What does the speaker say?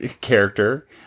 character